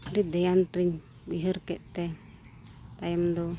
ᱟᱹᱰᱤ ᱫᱷᱮᱭᱟᱱ ᱨᱮᱧ ᱩᱭᱦᱟᱹᱨ ᱠᱮᱫᱛᱮ ᱛᱟᱭᱚᱢ ᱫᱚ